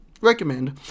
recommend